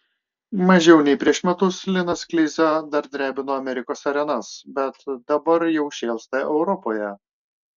mažiau nei prieš metus linas kleiza dar drebino amerikos arenas bet dabar jau šėlsta europoje